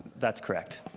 that's correct.